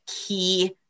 key